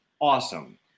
awesome